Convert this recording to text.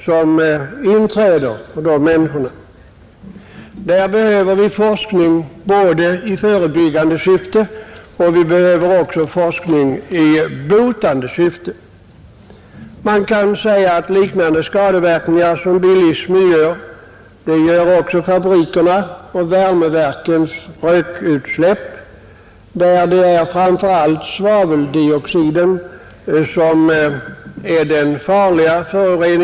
På det området behöver vi därför forskning både i förebyggande syfte och i botande syfte. Liknande skadeverkningar som dem bilismen medför får man också genom fabrikernas och värmeverkens rökutsläpp där framför allt svaveldioxiden är det farliga giftet.